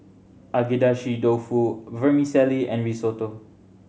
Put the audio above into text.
Agedashi Dofu Vermicelli and Risotto